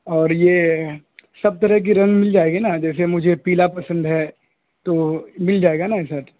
اور یہ سب طرح کی رنگ مل جائے گی نا جیسے مجھے پیلا پسند ہے تو مل جائے گا نا یہ سیٹ